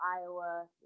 Iowa